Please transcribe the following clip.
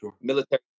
military